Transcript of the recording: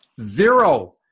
zero